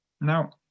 Now